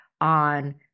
on